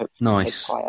Nice